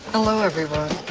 hello, everyone